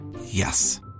Yes